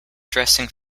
dressing